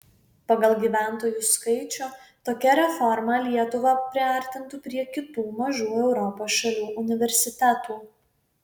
pagal gyventojų skaičių tokia reforma lietuvą priartintų prie kitų mažų europos šalių universitetų